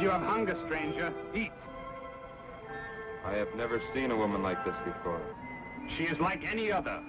you don't mind a stranger i have never seen a woman like this before she is like any other